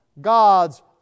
gods